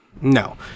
No